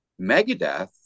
Megadeth